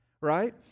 right